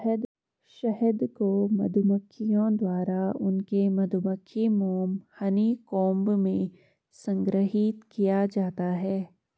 शहद को मधुमक्खियों द्वारा उनके मधुमक्खी मोम हनीकॉम्ब में संग्रहीत किया जाता है